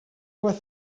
was